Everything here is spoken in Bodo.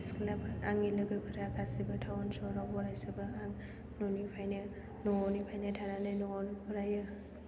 सिख्ला आंनि लोगोफोरा गासैबो थाउन सहराव फरायजोबो आं न'निफ्रायनो थानानै न'आवनो फरायो